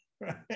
right